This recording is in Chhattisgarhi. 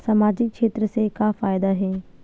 सामजिक क्षेत्र से का फ़ायदा हे?